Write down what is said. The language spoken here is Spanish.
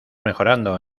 mejorando